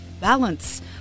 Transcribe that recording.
balance